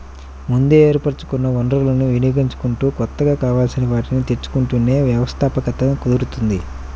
ముందే ఏర్పరచుకున్న వనరులను వినియోగించుకుంటూ కొత్తగా కావాల్సిన వాటిని తెచ్చుకుంటేనే వ్యవస్థాపకత కుదురుతుంది